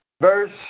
verse